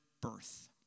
birth